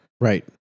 Right